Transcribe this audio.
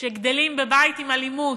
שגדלים בבית עם אלימות?